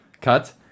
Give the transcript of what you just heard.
cut